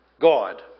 God